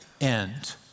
end